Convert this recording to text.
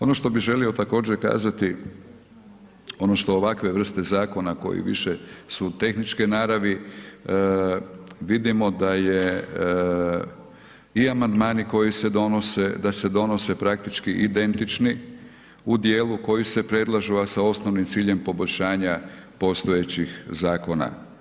Ono što bi želio također kazati ono što ovakve vrste zakona koji više su tehničke naravi vidimo da je i amandmani koji se donose, da se donose praktički identični u dijelu koji se predlažu, a sa osnovnim ciljem poboljšanja postojećih zakona.